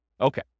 Okay